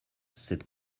cette